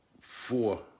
Four